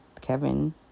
Kevin